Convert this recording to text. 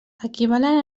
equivalen